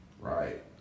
Right